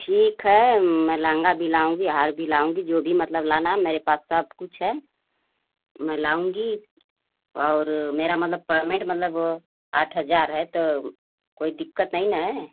ठीक है मैं लहँगा भी लाऊँगी हार भी लाऊँगी जो भी मतलब लाना है मेरे पास सब कुछ है मैं लाऊँगी और मेरा मतलब पेमेंट मतलब आठ हज़ार है तो कोई दिक़्क़त नहीं ना है